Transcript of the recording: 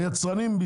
היצרנים בישראלים,